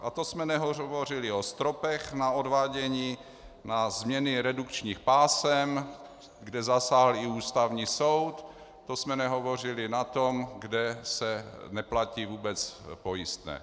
A to jsme nehovořili o stropech na odvádění, na změny redukčních pásem, kde zasáhl i Ústavní soud, to jsme nehovořili o tom, kde se neplatí vůbec pojistné.